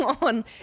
on